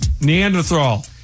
Neanderthal